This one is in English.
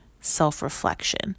self-reflection